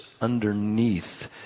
underneath